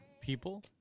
people